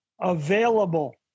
available